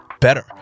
better